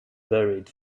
buried